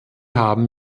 haben